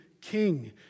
king